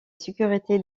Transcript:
sécurité